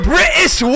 British